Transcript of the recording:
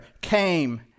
came